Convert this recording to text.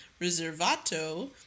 reservato